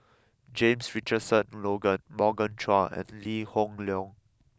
James Richardson Logan Morgan Chua and Lee Hoon Leong